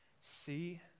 See